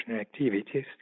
activities